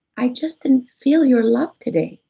i just didn't feel your love today.